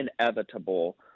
inevitable